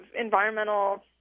environmental